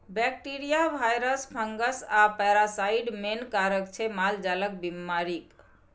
bacteria, virus, fungus आ parasite main कारक छै मालजालक बेमारीक